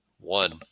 One